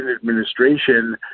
administration